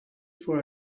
for